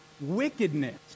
wickedness